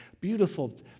beautiful